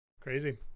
crazy